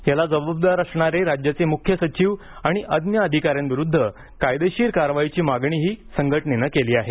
याला जबाबदार असणारे राज्याचे मुख्य सचिव आणि अन्य अधिकाऱ्यांविरुद्ध कायदेशीर कारवाईची मागणीही संघटनेनं केली आहे